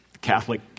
Catholic